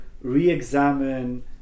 re-examine